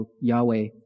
Yahweh